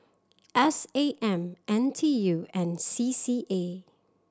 S A M N T U and C C A